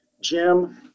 Jim